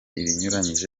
binyuranyije